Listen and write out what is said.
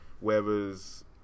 whereas